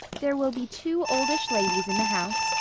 there will be two oldish ladies in the house,